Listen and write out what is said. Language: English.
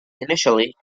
initially